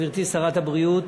גברתי שרת הבריאות,